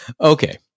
okay